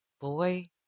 boy